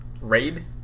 Raid